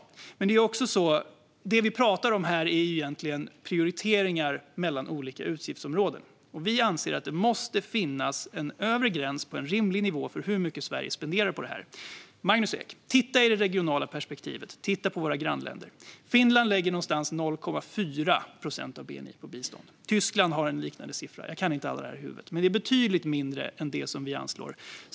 Det vi talar om här är egentligen prioriteringar mellan olika utgiftsområden. Vi anser att det måste finnas en övre gräns på en rimlig nivå för hur mycket Sverige spenderar på det här. Titta i det regionala perspektivet, Magnus Ek. Titta på våra grannländer. Finland lägger någonstans runt 0,4 procent av bni på biståndet. Tyskland har en liknande siffra. Jag kan inte allt det i huvudet. Men det är betydligt mindre än det som vi anslår.